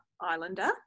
Islander